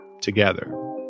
together